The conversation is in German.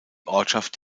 ortschaft